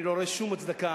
אני לא רואה שום הצדקה